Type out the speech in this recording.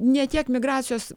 ne tiek migracijos